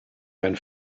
mein